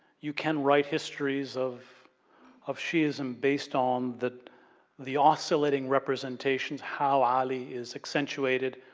you can write histories of of shi'ism based on the the oscillating representations how aadi is accentuated,